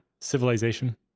civilization